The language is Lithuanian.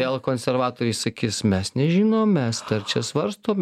vėl konservatoriai sakys mes nežinom mes dar čia svarstom